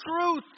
truth